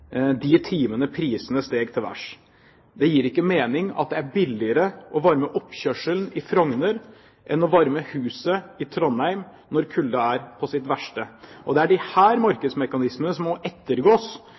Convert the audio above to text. de timene prisene steg til vers. Det gir ikke mening at det er billigere å varme opp oppkjørselen på Frogner enn å varme opp huset i Trondheim når kulden er på sitt verste. Det er